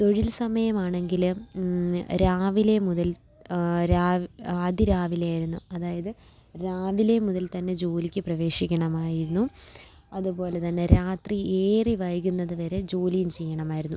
തൊഴിൽ സമയമാണെങ്കിലും രാവിലെ മുതൽ രാവ് അതിരാവിലെയായിരുന്നു അതായത് രാവിലെ മുതൽ തന്നെ ജോലിക്ക് പ്രവേശിക്കണമായിരുന്നു അതുപോലെ തന്നെ രാത്രി ഏറെ വൈകുന്നത് വരെ ജോലീം ചെയ്യണമായിരുന്നു